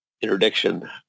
interdiction